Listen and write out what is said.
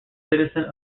citizen